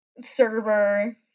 server